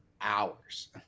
hours